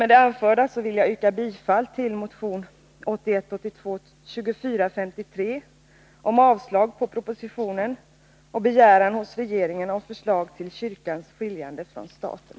Med det anförda vill jag yrka bifall till motion 1981/82:2453 om avslag på propositionen och begäran hos regeringen om förslag till kyrkans skiljande från staten.